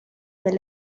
del